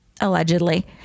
allegedly